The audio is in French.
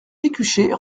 pécuchet